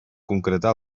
concretar